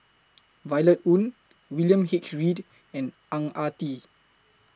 Violet Oon William H Read and Ang Ah Tee